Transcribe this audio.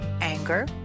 Anger